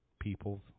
peoples